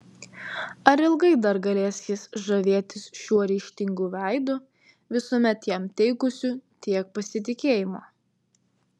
ar ilgai dar galės jis žavėtis šiuo ryžtingu veidu visuomet jam teikusiu tiek pasitikėjimo